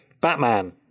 Batman